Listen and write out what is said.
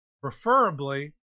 preferably